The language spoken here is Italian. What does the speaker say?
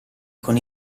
con